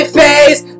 face